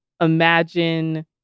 imagine